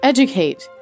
Educate